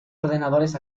ordenadores